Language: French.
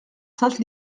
sainte